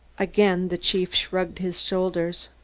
again the chief shrugged his shoulders.